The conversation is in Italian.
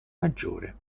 maggiore